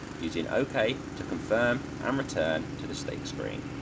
using ok to confirm and return to the stake screen.